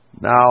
Now